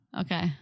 Okay